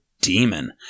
demon